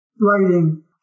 writing